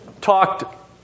talked